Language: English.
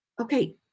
Okay